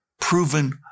proven